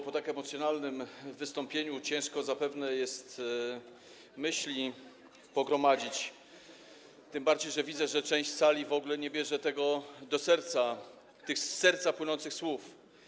Po tak emocjonalnym wystąpieniu ciężko zapewne jest pogromadzić myśli, tym bardziej że widzę, że część sali w ogóle nie bierze sobie do serca tych z serca płynących słów.